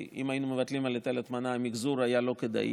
כי אם היינו מבטלים את היטל ההטמנה על מחזור זה היה לא כדאי.